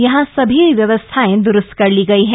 यहां सभी व्यवस्थाएं द्रुस्त कर ली गई हैं